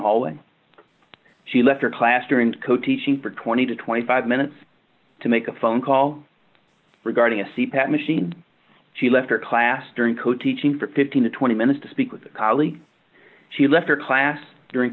hallway she left her class during co teaching for twenty to twenty five minutes to make a phone call regarding a seat that machine she left her class during co teaching for fifteen to twenty minutes to speak with a colleague she left her class during